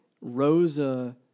Rosa